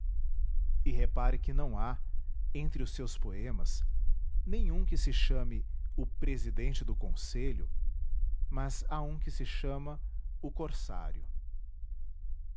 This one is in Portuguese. e repare que não há entre os seus poemas nenhum que se chame o presidente do conselho mas há um que se chama o corsário